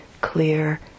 clear